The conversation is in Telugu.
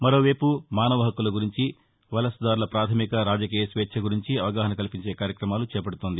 మరోవైపు మానవ హక్కుల గురించి వలసదారుల పాధమిక రాజకీయ స్వేచ్చ గురించి అవగాహన కల్పించే కార్యక్రమాలు చేపడుతోంది